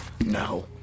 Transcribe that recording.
No